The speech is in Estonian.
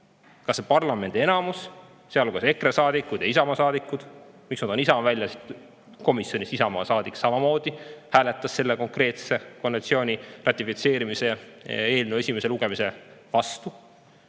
Kas parlamendi enamus, sealhulgas EKRE saadikud ja Isamaa saadikud ... Miks ma toon Isamaa välja? Sest komisjonis Isamaa saadik samamoodi hääletas selle konkreetse konventsiooni ratifitseerimise eelnõu esimese lugemise vastu.